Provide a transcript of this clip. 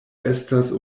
estas